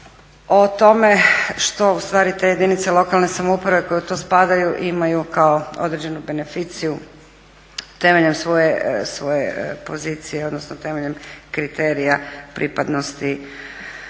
o tome što te jedinice lokalne samouprave koje u to spadaju imaju kao određenu beneficiju temeljem svoje pozicije odnosno kriterija pripadnosti